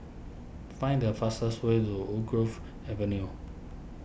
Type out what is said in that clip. find the fastest way to Woodgrove Avenue